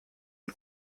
und